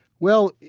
well,